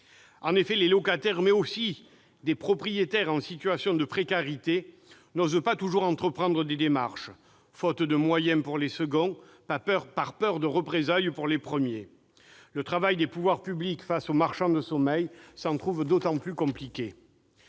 En effet, les locataires mais aussi des propriétaires en situation de précarité n'osent pas toujours entreprendre des démarches, faute de moyens pour les seconds, par peur de représailles pour les premiers. Le travail des pouvoirs publics face aux marchands de sommeil s'en trouve d'autant plus compliqué.